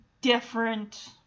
different